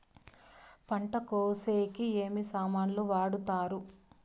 పంట కోసేకి ఏమి సామాన్లు వాడుతారు?